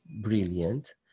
brilliant